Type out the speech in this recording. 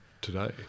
today